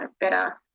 better